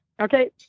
Okay